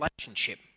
relationship